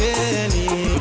any